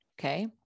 Okay